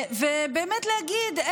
ובאמת להגיד,